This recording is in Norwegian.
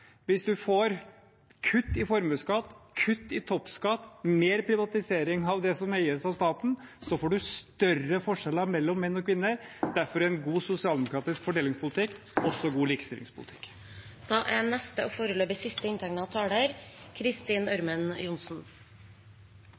Hvis en får kutt i formuesskatt, kutt i toppskatt, mer privatisering av det som eies av staten, får en større forskjeller mellom menn og kvinner. Derfor er en god sosialdemokratisk fordelingspolitikk også god likestillingspolitikk. Representanten Kristin Ørmen Johnsen har hatt ordet to ganger tidligere og